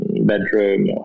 bedroom